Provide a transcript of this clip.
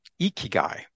Ikigai